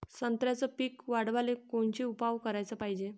संत्र्याचं पीक वाढवाले कोनचे उपाव कराच पायजे?